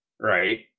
right